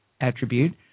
attribute